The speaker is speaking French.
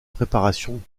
préparations